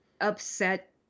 upset